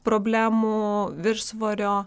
problemų viršsvorio